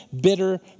bitter